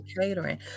catering